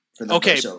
Okay